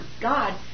God